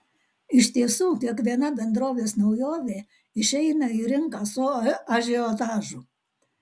iš tiesų kiekviena bendrovės naujovė išeina į rinką su ažiotažu